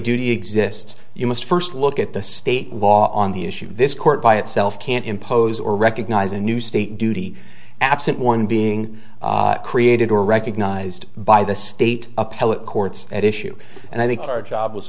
duty exists you must first look at the state law on the issue this court by itself can't impose or recognize a new state duty absent one being created or recognized by the state appellate courts at issue and i think our job was